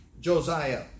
Josiah